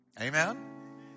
Amen